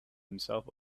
himself